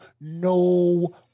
no